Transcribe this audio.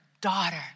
daughter